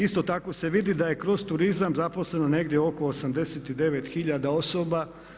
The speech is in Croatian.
Isto tako se vidi da je kroz turizam zaposleno negdje oko 89 hiljada osoba.